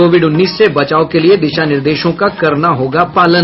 Covid उन्नीस से बचाव के लिए दिशा निर्देशों का करना होगा पालन